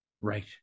Right